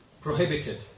prohibited